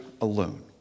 alone